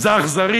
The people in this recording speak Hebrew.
זה אכזרי.